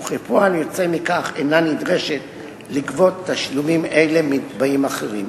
וכפועל יוצא מכך אינה נדרשת לגבות תשלומים אלה מנתבעים אחרים.